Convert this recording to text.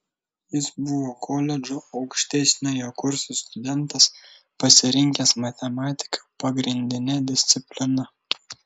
jis buvo koledžo aukštesniojo kurso studentas pasirinkęs matematiką pagrindine disciplina